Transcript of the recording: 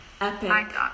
Epic